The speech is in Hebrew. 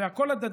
זה הכול הדדי.